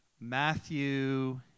Matthew